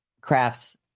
crafts